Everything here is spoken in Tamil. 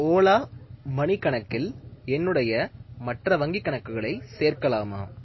ஓலா மணி கணக்கில் என்னுடைய மற்ற வங்கி கணக்குகளை சேர்க்கலாமா